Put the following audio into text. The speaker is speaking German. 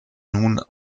nun